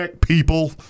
people